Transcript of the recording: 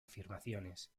afirmaciones